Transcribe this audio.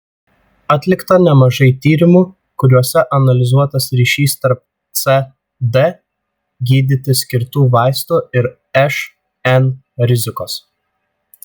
atlikta nemažai tyrimų kuriuose analizuotas ryšys tarp cd gydyti skirtų vaistų ir šn rizikos